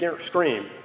scream